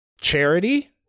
charity